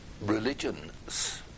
religions